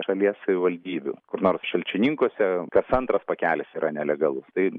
šalies savivaldybių kur nors šalčininkuose kas antras pakelis yra nelegalus tai